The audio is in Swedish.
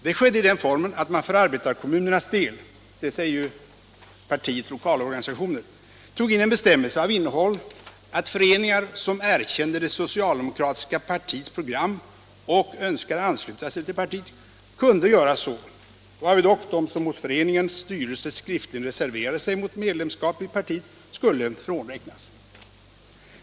Det skedde i den formen att man för arbetarkommunernas del — dessa är ju partiets lokalorganisationer — tog in en bestämmelse av innehåll att föreningar som erkände det socialdemokratiska partiets program och önskade ansluta sig till partiet kunde göra så, varvid dock de som hos föreningens styrelse skriftligen reserverade sig mot medlemskap i partiet skulle frånräknas.